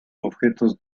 objetos